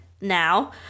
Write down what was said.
now